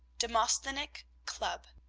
demosthenic club.